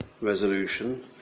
Resolution